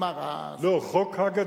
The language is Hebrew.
חוק הג"א,